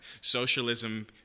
Socialism